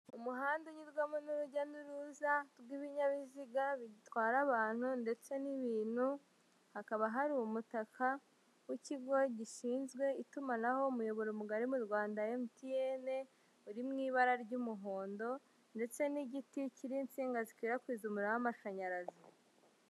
Umuhanda unyurwamo n'urujya n'uruza rw'ibinyabiziga bitwara abantu ndetse n'ibintu, hakaba hari umutaka w'ikigo gishinzwe itumanaho, umuyoboro mugari mu Rwanda MTN, uri mu ibara ry'umuhondo ndetse n'igiti kiriho insinga zikwirakwiza umuriro w'amashanyarazi.